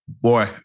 Boy